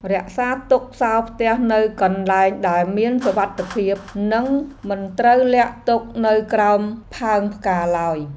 រក្សាទុកសោរផ្ទះនៅកន្លែងដែលមានសុវត្ថិភាពនិងមិនត្រូវលាក់ទុកនៅក្រោមផើងផ្កាឡើយ។